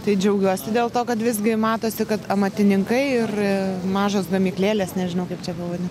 tai džiaugiuosi dėl to kad visgi matosi kad amatininkai ir mažos gamyklėlės nežinau kaip čia pavadint